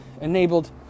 enabled